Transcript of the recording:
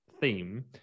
theme